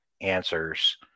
answers